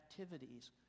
activities